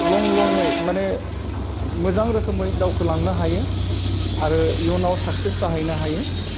लं लंयै माने मोजां रोखोमै दावखोलांनो हायो आरो इयुनाव साकसेस जाहैनो हायो